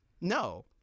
No